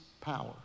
power